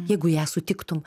jeigu ją sutiktum